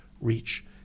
reach